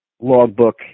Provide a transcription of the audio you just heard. logbook